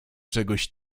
czegoś